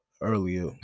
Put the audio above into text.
earlier